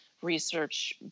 research